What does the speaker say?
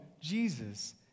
Jesus